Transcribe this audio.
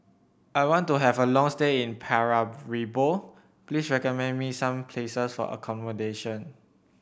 I want to have a long stay in Paramaribo please recommend me some places for accommodation